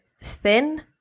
thin